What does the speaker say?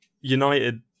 United